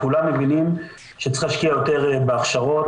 כולם מבינים שצריך להשקיע יותר בהכשרות.